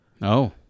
No